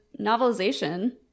novelization